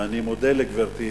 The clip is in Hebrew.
ואני מודה לגברתי,